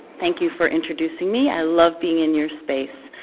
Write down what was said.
thank you for introducing me. i love being in your space.